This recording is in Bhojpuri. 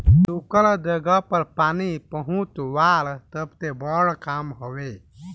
सुखल जगह पर पानी पहुंचवाल सबसे बड़ काम हवे